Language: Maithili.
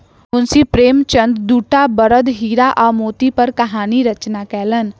मुंशी प्रेमचंदक दूटा बड़द हीरा आ मोती पर कहानी रचना कयलैन